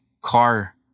car